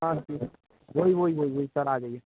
हाँ जी हाँ वो ही वो ही वो ही वो ही सर आ जाइए